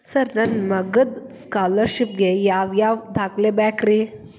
Sir ನನ್ನ ಮಗ್ಳದ scholarship ಗೇ ಯಾವ್ ಯಾವ ದಾಖಲೆ ಬೇಕ್ರಿ?